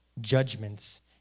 judgments